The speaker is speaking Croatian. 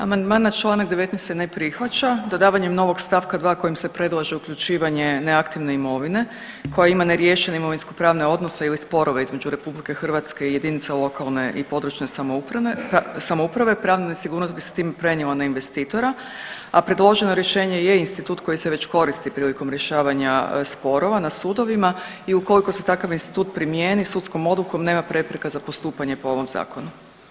Amandman na čl. 19. se ne prihvaća, dodavanjem novog st. 2. kojim se predlaže uključivanje neaktivne imovine koja ima neriješene imovinskopravne odnose ili sporove između RH i jedinica lokalne i područne samouprave pravna nesigurnost bi se time prenijela na investitora, a predloženo rješenje je institut koji se već koristi prilikom rješavanja sporova na sudovima i ukoliko se takav institut primjeni sudskom odlukom nema prepreka za postupanje po ovom zakonu.